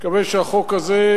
אני מקווה שהחוק הזה,